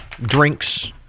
drinks